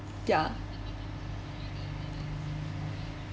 ya